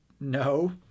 no